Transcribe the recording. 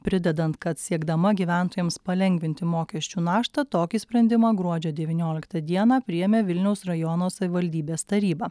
pridedant kad siekdama gyventojams palengvinti mokesčių naštą tokį sprendimą gruodžio devynioliktą dieną priėmė vilniaus rajono savivaldybės taryba